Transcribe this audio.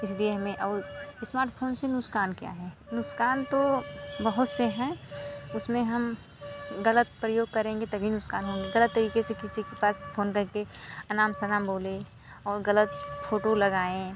इसलिए हमें और स्मार्टफोन से नुकसान क्या है नुकसान तो बहुत से हैं उसमें हम गलत प्रयोग करेंगे तभी नुकसान होंगे गलत तरीके से किसी के पास फोन करके अनाप शनाप बोलें और गलत फोटो लगाएँ